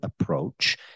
approach